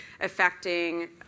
affecting